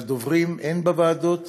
לדוברים הן בוועדות